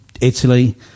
Italy